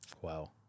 Wow